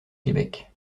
québec